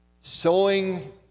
sowing